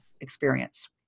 experience